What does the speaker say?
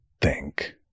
think